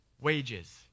wages